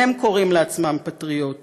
והם קוראים לעצמם פטריוטים.